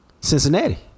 Cincinnati